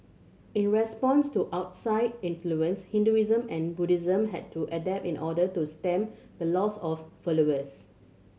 in response to outside influence Hinduism and Buddhism had to adapt in order to stem the loss of followers